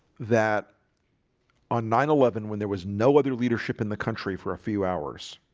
that on nine eleven when there was no other leadership in the country for a few hours